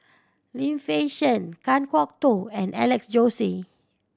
Lim Fei Shen Kan Kwok Toh and Alex Josey